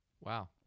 wow